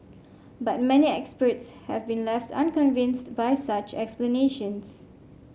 but many experts have been left unconvinced by such explanations